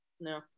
no